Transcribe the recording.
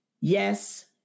Yes